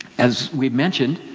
as we've mentioned,